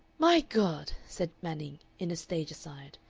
my god! said manning, in a stage-aside.